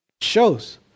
Shows